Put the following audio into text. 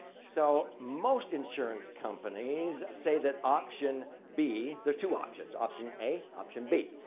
so, most insurance companies say that option b. there's two options. option a, option b.